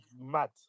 mad